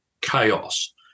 chaos